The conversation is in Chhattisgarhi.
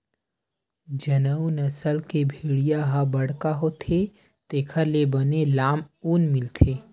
जउन नसल के भेड़िया ह बड़का होथे तेखर ले बने लाम ऊन मिलथे